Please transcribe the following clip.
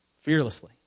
fearlessly